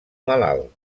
malalt